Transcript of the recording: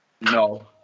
No